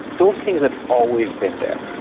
those things have always been there.